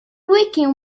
weaken